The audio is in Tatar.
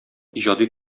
иҗади